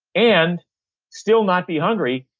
and still not be hungry,